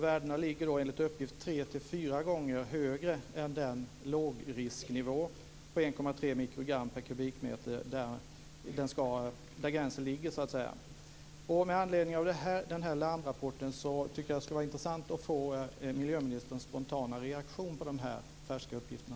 Värdena ligger enligt uppgift tre till fyra gånger högre än den lågrisknivå på 1,3 mikrogram per kubikmeter där gränsen så att säga ligger. Med anledning av larmrapporten tycker jag att det skulle vara intressant att få miljöministerns spontana reaktion på de färska uppgifterna.